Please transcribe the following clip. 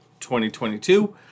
2022